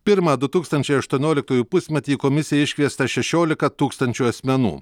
pirmą du tūkstančiai aštuonioliktųjų pusmetį į komisiją iškviesta šešiolika tūkstančių asmenų